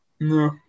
No